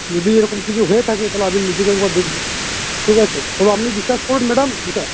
যদি এরকম কিছু হয়ে থাকে তাহলে আপনি নিজে গিয়ে একবার দেখবো ঠিক আছে তবে আপনি বিশ্বাস করুন ম্যাডাম